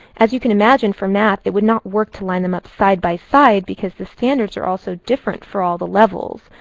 as you can imagine, for math it would not work to line them up side by side because the standards are all so different for all the levels.